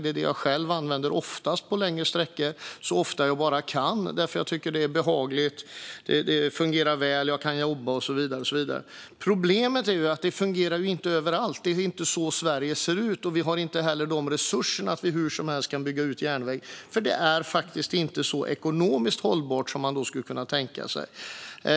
Det är det jag själv oftast använder på längre sträckor, så ofta jag bara kan, eftersom jag tycker att det är behagligt och fungerar väl. Jag kan jobba och så vidare. Problemet är att järnväg inte fungerar överallt. Det är inte så Sverige ser ut. Vi har inte heller de resurserna att vi kan bygga ut järnvägen hur som helst, för det är faktiskt inte så ekonomiskt hållbart som man skulle kunna tänka sig.